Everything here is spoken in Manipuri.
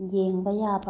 ꯌꯦꯡꯕ ꯌꯥꯕ